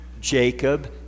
Jacob